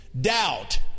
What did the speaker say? doubt